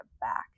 back